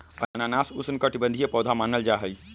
अनानास उष्णकटिबंधीय पौधा मानल जाहई